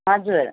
हजुर